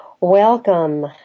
Welcome